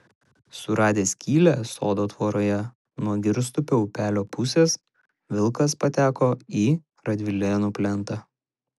suradęs skylę sodo tvoroje nuo girstupio upelio pusės vilkas pateko į radvilėnų plentą